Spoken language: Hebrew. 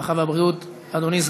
הרווחה והבריאות.